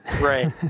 right